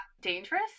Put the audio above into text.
dangerous